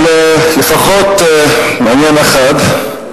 אבל לפחות עניין אחד,